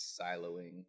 siloing